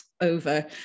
over